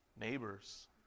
neighbors